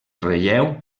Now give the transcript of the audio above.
relleu